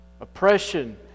oppression